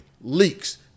leaks